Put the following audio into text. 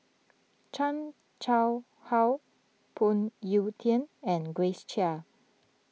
Chan Chang How Phoon Yew Tien and Grace Chia